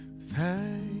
Thank